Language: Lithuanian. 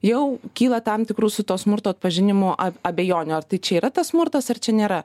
jau kyla tam tikrų su tuo smurto atpažinimu abejonių a ar tai čia yra tas smurtas čia nėra